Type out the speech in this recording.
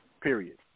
period